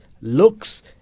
looks